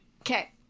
Okay